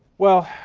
well,